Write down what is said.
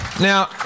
Now